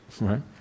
right